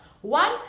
One